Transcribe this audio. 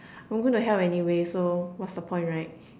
I'm going to hell anyway so what's the point right